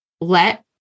Let